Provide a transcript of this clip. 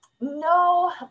No